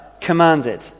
commanded